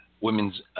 women's